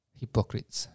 hypocrites